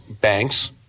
banks